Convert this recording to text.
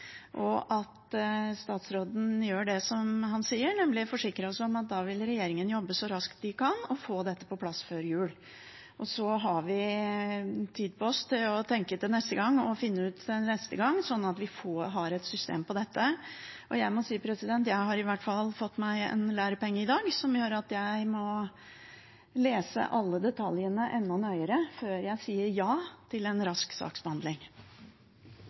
og greit vedtak, og at statsråden gjør det som han sa, nemlig forsikrer oss om at da vil regjeringen jobbe så raskt som den kan og få dette på plass før jul. Nå har vi tid på oss til å tenke på dette og finne ut av det til neste gang, slik at vi har et system for dette. Jeg har i hvert fall fått meg en lærepenge i dag, som gjør at jeg vil lese alle detaljene enda mer nøye før jeg sier ja til en rask saksbehandling.